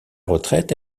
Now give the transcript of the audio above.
retraite